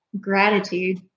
gratitude